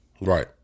Right